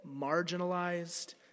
marginalized